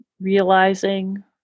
realizing